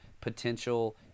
potential